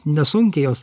nesunkiai jos